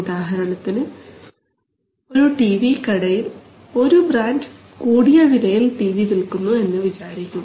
ഉദാഹരണത്തിന് ഒരു ടിവി കടയിൽ ഒരു ബ്രാൻഡ് കൂടിയ വിലയിൽ ടിവി വിൽക്കുന്നു എന്ന് വിചാരിക്കുക